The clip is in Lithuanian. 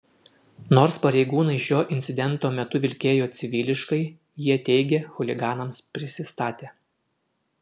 nors pareigūnai šio incidento metu vilkėjo civiliškai jie teigia chuliganams prisistatę